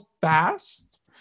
fast